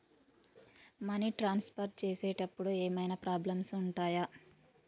Money transfer చేసేటప్పుడు ఏమైనా problems ఉంటయా?